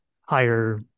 higher